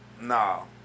No